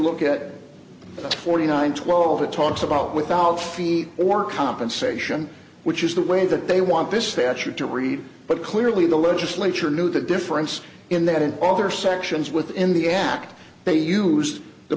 look at forty nine twelve it talks about without feet or compensation which is the way that they want this statute to read but clearly the legislature knew the difference in that and other sections within the act they used the